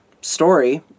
story